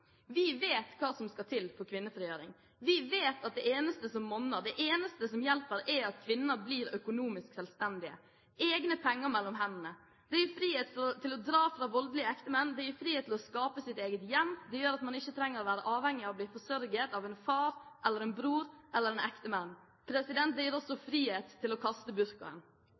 Vi vet hva som skal til for kvinnefrigjøring. Vi vet at det eneste som monner, det eneste som hjelper, er at kvinner blir økonomisk selvstendige – egne penger mellom hendene. Det gir frihet til å dra fra voldelige ektemenn, det gir frihet til å skape sitt eget hjem. Det gjør at man ikke trenger å være avhengig av å bli forsørget av en far eller en bror eller en ektemann. Det gir også frihet til å kaste burkaen.